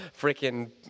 Freaking